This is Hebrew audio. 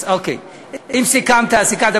אם סיכמת אז סיכמת.